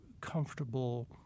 comfortable